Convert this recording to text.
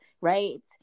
right